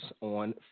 on